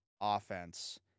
offense